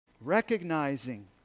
Recognizing